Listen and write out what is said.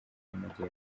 y’amajyepfo